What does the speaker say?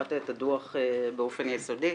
קראת את הדוח באופן יסודי.